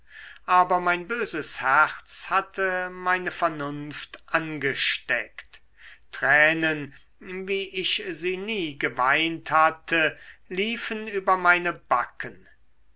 aber mein böses herz hatte meine vernunft angesteckt tränen wie ich sie nie geweint hatte liefen über meine backen